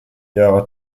ihre